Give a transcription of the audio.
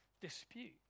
dispute